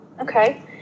okay